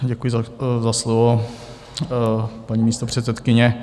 Děkuji za slovo, paní místopředsedkyně.